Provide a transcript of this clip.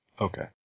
Okay